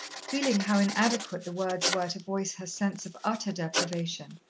feeling how inadequate the words were to voice her sense of utter deprivation.